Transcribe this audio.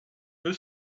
peu